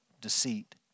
deceit